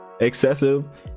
excessive